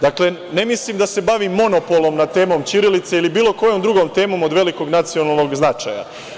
Dakle, ne mislim da se bavim monopolom na temom ćirilice ili bilo kojom drugom temom od velikog nacionalnog značaja.